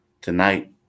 tonight